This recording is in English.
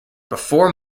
before